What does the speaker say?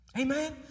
Amen